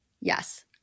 Yes